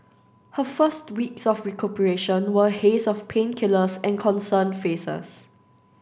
her first weeks of recuperation were a haze of painkillers and concerned faces